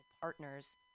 partners